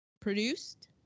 produced –